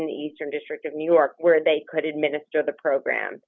the eastern district of new york where they could administer the program